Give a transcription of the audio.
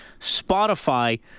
Spotify